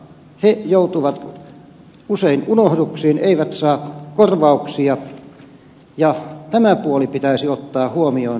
he joutuvat usein unohduksiin eivät saa korvauksia ja tämä puoli pitäisi ottaa huomioon